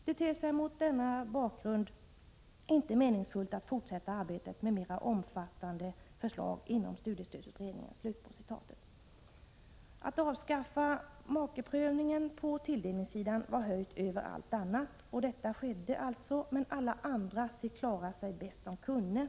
Det ter sig mot denna bakgrund inte meningsfullt att fortsätta arbetet med mera omfattande förslag inom studiestödsutredningen.” Att avskaffa makeprövningen på tilldelningssidan ansågs alltså viktigare än allt annat. Detta skedde också, men alla de som inte berördes av detta fick klara sig bäst de kunde.